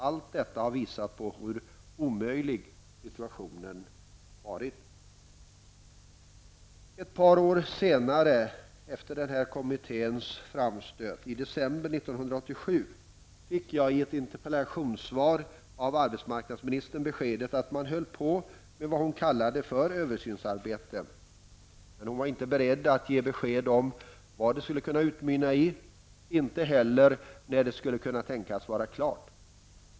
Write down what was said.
Allt detta har visat på hur omöjlig situationen varit. Ett par år senare, efter den här kommitténs framstöt, i december 1987 fick jag i ett interpellationssvar av arbetsmarknadsministern beskedet att man höll på med vad hon kallade för översynsarbete. Hon var dock inte beredd att ge besked om vad det skulle kunna utmynna i och inte heller när det skulle kunna tänkas vara klart.